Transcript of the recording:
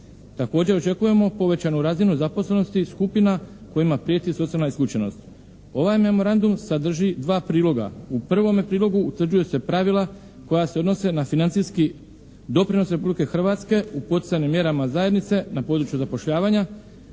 Također očekujemo povećanu razinu zaposlenosti skupina kojima prijeti socijalna isključenost. Ovaj memorandum sadrži dva priloga. U prvome prilogu utvrđuju se pravila koja se odnose na financijski doprinos Republike Hrvatske u poticajnim mjerama zajednice na području zapošljavanja,